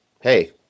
hey